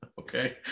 okay